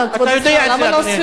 אתה יודע את זה, אדוני.